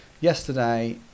yesterday